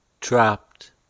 trapped